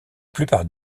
plupart